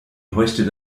hoisted